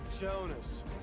Jonas